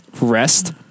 rest